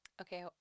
okay